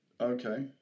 Okay